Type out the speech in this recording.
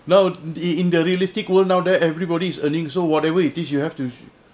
now in in the realistic world now they everybody's earnings or whatever it is you have to